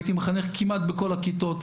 הייתי מחנך כמעט בכל הכיתות,